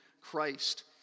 Christ